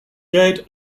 dead